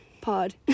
pod